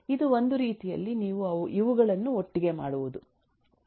ಇದು ಒಂದು ರೀತಿಯಲ್ಲಿ ನೀವು ಇವುಗಳನ್ನು ಒಟ್ಟಿಗೆ ಮಾಡುವುದು